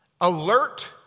alert